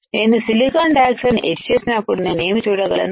నేను silicon dioxide ని etch చేసినప్పుడు నేను ఏమి చూడగలను